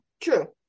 True